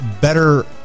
better